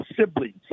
Siblings